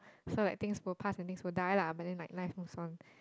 so like things will pass and things will die lah but then like life moves on